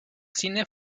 cine